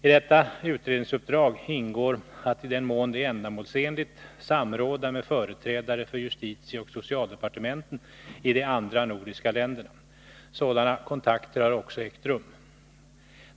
I detta utredningsuppdrag ingår att i den mån det är ändamålsenligt samråda med företrädare för justitieoch socialdepartementen i de andra nordiska länderna. Sådana kontakter har också ägt rum.